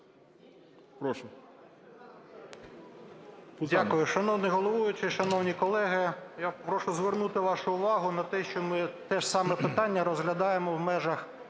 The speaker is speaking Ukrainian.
Дякую.